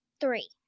Three